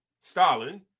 Stalin